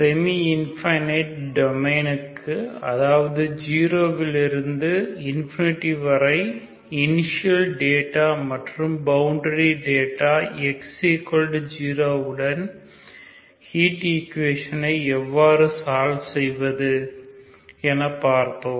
semi infinite domain னுக்கு அதாவது 0 விலிருந்து இன்ஃபினிட்டி வரை இனிஷியல் டேட்டா மற்றும் பவுண்டரி டேட்டா X0 உடன் ஹீட் ஈக்குவேஷனை எவ்வாறு சால்வ் செய்வது என பார்த்தோம்